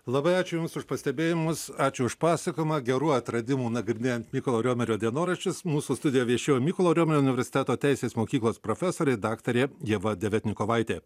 labai ačiū jums už pastebėjimus ačiū už pasakojimą gerų atradimų nagrinėjant mykolo riomerio dienoraščius mūsų studijoj viešėjo mykolo riomerio universiteto teisės mokyklos profesorė daktarė ieva deviatnikovaitė